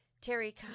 Terry